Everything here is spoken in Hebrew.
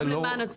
גם למען הציבור.